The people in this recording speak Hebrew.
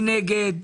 מי נגד?